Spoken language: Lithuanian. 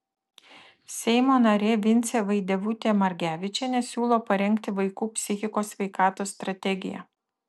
seimo narė vincė vaidevutė margevičienė siūlo parengti vaikų psichikos sveikatos strategiją